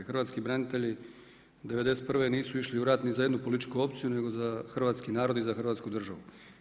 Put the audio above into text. Hrvatski branitelji '91. nisu išli u rat ni za jednu političku opciju nego za hrvatski narod i za Hrvatsku državu.